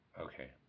Okay